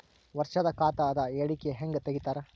ವರ್ಷದ ಖಾತ ಅದ ಹೇಳಿಕಿ ಹೆಂಗ ತೆಗಿತಾರ?